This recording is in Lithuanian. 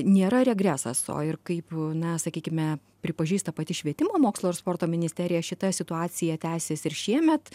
nėra regresas o ir kaip na sakykime pripažįsta pati švietimo mokslo ir sporto ministerija šita situacija tęsis ir šiemet